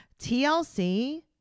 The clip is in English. TLC